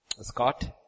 Scott